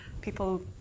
people